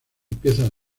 piezas